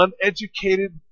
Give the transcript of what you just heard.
uneducated